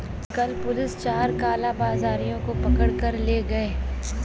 कल पुलिस चार कालाबाजारियों को पकड़ कर ले गए